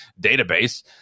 database